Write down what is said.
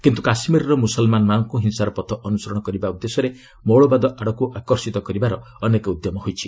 କିନ୍ତୁ କାଶ୍କୀରର ମୁସଲମାନମାନଙ୍କୁ ହିଂସାର ପଥ ଅନୁସରଣ କରିବା ଉଦ୍ଦେଶ୍ୟରେ ମୌଳବାଦ ଆଡକୁ ଆକର୍ଷିତ କରିବାର ଅନେକ ଉଦ୍ୟମ ହୋଇଛି